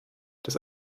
dass